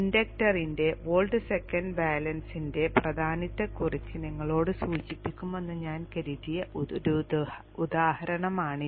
ഇൻഡക്ടറിന്റെ volt second ബാലൻസിന്റെ പ്രാധാന്യത്തെക്കുറിച്ച് നിങ്ങളോട് സൂചിപ്പിക്കുമെന്ന് ഞാൻ കരുതിയ ഒരു ഉദാഹരണമാണിത്